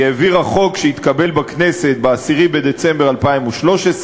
היא העבירה חוק שהתקבל בכנסת ב-10 בדצמבר 2013,